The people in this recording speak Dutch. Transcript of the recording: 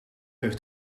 heeft